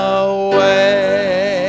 away